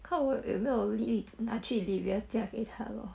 看我有没有力等她去:kan wo you mei you li qu lyvia 家给她 lor